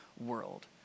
world